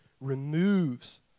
removes